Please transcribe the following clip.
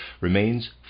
remains